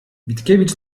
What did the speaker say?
witkiewicz